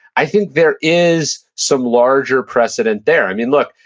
i think there is some larger precedent there. i mean, look,